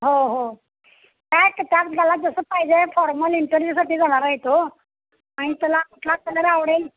हो हो काय आहे की त्यात त्याला कसं पाहिजे फॉर्मल इंटरव्यूसाठी जाणार आहे तो आणि त्याला कुठला कलर आवडेल